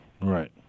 Right